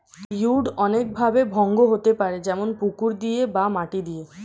weed অনেক ভাবে ভঙ্গ হতে পারে যেমন পুকুর দিয়ে বা মাটি দিয়ে